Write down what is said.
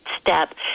step